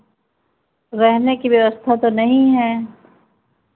रहने की व्यवस्था तो नहीं है